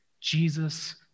Jesus